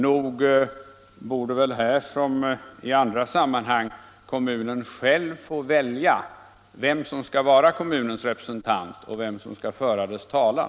Nog borde kommunen här, liksom i andra sammanhang, själv få välja vem som skall vara dess representant och föra dess talan.